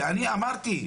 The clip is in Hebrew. שאני אמרתי,